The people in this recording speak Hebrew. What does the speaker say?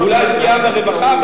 אולי פגיעה ברווחה?